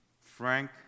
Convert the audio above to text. Frank